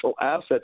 asset